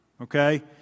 okay